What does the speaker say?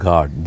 God